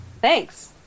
Thanks